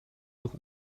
noch